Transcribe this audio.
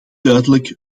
duidelijk